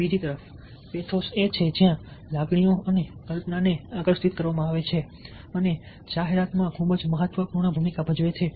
બીજી તરફ પેથોસ એ છે જ્યાં લાગણીઓ અને કલ્પનાને આકર્ષિત કરવામાં આવે છે અને જાહેરાતમાં આ ખૂબ જ મહત્વપૂર્ણ ભૂમિકા ભજવે છે